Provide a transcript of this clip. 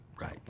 right